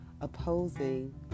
opposing